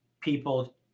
people